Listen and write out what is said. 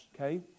okay